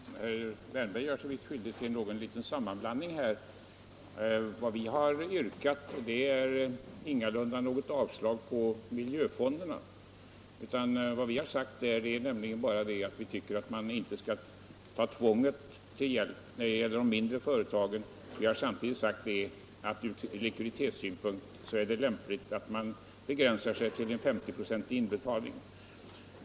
Herr talman! Herr Wärnberg görs sig visst skyldig till en liten sammanblandning. Vad vi har yrkat är ingalunda något avskaffande av miljöfonderna, utan vi har bara sagt att vi tycker att man inte skall ta tvånget till hjälp när det gäller de mindre företagen. Vi har samtidigt sagt att från likviditetssynpunktär det lämpligt att begränsa sig till en 50-procentig inbetalning.